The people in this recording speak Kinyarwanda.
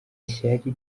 ishyari